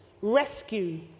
rescue